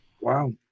Wow